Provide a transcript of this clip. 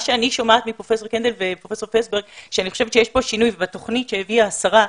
מה שאני שומעת מפרופ' קנדל וגב' פסברג ובתוכנית שהביאה השרה,